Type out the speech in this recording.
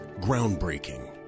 Groundbreaking